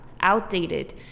outdated